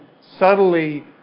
subtly